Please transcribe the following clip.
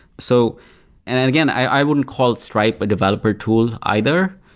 so and and again, i wouldn't call stripe a developer tool either.